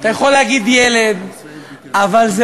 אתה יכול להגיד: ילד,